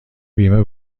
بیمه